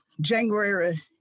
January